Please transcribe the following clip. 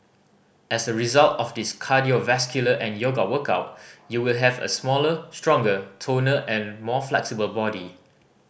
as a result of this cardiovascular and yoga workout you will have a slimmer stronger toner and more flexible body